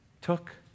took